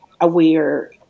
aware